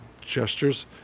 gestures